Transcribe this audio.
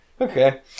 Okay